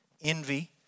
envy